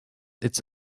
its